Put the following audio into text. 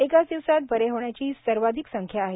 एकाच दिवसांच बरे होण्याची ही सर्वाधिक संख्या आहे